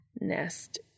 nest